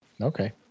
okay